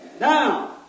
Now